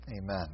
amen